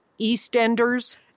EastEnders